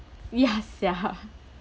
ya sia